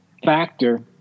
factor